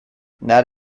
that